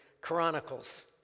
Chronicles